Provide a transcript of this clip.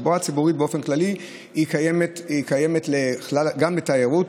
התחבורה הציבורית באופן כללי קיימת גם בשביל התיירות.